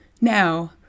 Now